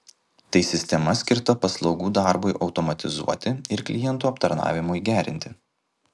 tai sistema skirta paslaugų darbui automatizuoti ir klientų aptarnavimui gerinti